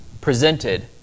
presented